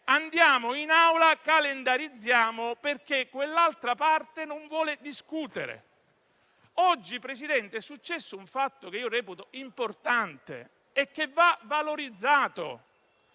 andare in Aula e calendarizzare perché l'altra parte non vuole discutere. Oggi, Presidente, è successo un fatto che io reputo importante e che va valorizzato: